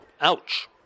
Ouch